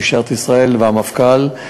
עם משטרת ישראל והמפכ"ל,